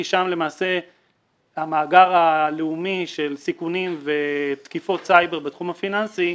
כי שם למעשה נמצא המאגר הלאומי של סיכונים ותקיפות סייבר בתחום הפיננסי.